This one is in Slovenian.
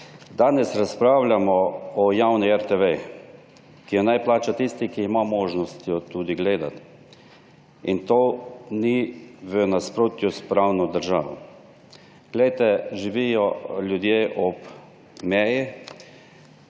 Danes razpravljamo o javni RTV, ki jo naj plača tisti, ki ima možnost, jo tudi gledati. In to ni v nasprotju s pravno državo. Glejte, živijo ljudje ob meji.